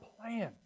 plan